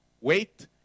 Wait